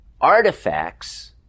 artifacts